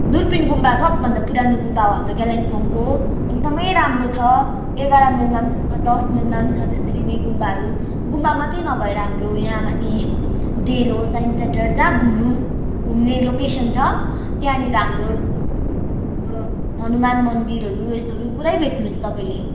दुर्पिन गुम्बा सबभन्दा पुरानो गुम्बा हो हाम्रो कालिम्पोङको एक्दमै राम्रो छ एघार माइलमा पनि छ दस माइलमा पनि छ त्यसरी नै गुम्बाहरू गुम्बा मात्रै नभएर हाम्रो यहाँ माथी डेलो साइन्स सेन्टर जहाँ घुम्नु घुम्ने लोकेसन छ त्यहाँनिर हाम्रो हनुमान मन्दिरहरू यस्तोहरू पुरै भेट्नु हुन्छ तपाईँले